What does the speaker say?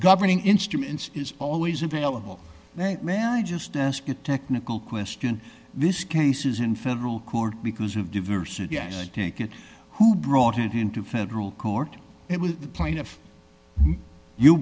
governing instruments is always available man i just ask a technical question this case is in federal court because of diversity as i take it who brought it into federal court it was the plaintiff you